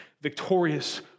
victorious